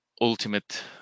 ultimate